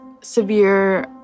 severe